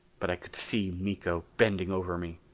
but i could see miko bending over me,